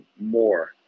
more